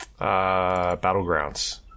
Battlegrounds